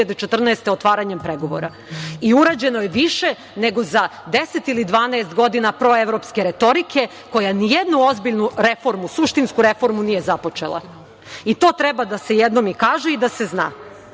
otvaranjem pregovora. Urađeno je više nego za 10 ili 12 godina proevropske retorike koja nijednu ozbiljnu reformu, suštinsku reformu nije započela. To treba da se kaže i da se